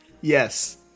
Yes